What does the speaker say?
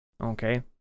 Okay